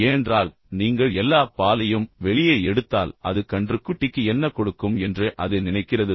ஏனென்றால் நீங்கள் எல்லா பாலையும் வெளியே எடுத்தால் அது கன்றுக்குட்டிக்கு என்ன கொடுக்கும் என்று அது நினைக்கிறது